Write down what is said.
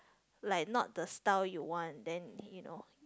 like not the style you want then you know